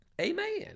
Amen